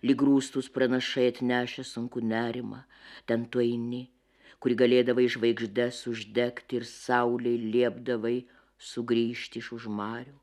lyg rūstūs pranašai atnešę sunkų nerimą ten tu eini kur galėdavai žvaigždes uždegti ir saulei liepdavai sugrįžti iš už marių